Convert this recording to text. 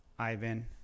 Ivan